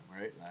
right